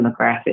demographic